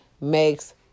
makes